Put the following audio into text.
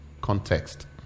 context